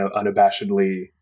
unabashedly